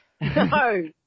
No